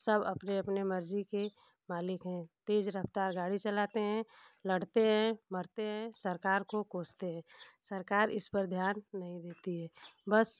सब अपने अपने मर्जी के मालिक हैं तेज़ रफ़्तार गाड़ी चलाते हैं लड़ते हैं मरते हैं सरकार को कोसते हैं सरकार इस पर ध्यान नहीं देती है बस